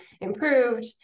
improved